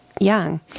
young